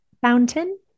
fountain